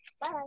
Bye